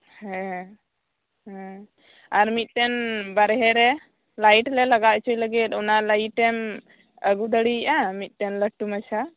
ᱦᱮᱸ ᱦᱮᱸ ᱟᱨ ᱢᱤᱫᱴᱮᱱ ᱵᱟᱨᱦᱮ ᱨᱮ ᱞᱟᱭᱤᱴ ᱞᱮ ᱞᱟᱜᱟᱣ ᱪᱚᱭ ᱞᱟᱜᱤᱜ ᱚᱱᱟ ᱞᱟᱭᱤᱴᱮᱢ ᱟᱹᱜᱩ ᱫᱟᱲᱮᱭᱟᱜᱼᱟ ᱢᱤᱫᱴᱮᱱ ᱞᱟᱹᱴᱩ ᱢᱟᱪᱷᱟ